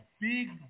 big